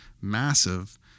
massive